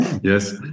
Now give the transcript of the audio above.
Yes